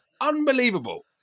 unbelievable